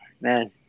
man